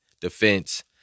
defense